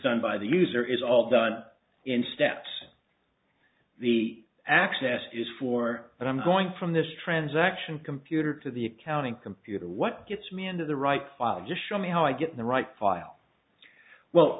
done by the user is all done in steps the access is for but i'm going from this transaction computer to the accounting computer what gets me into the right file just show me how i get the right file well